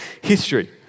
history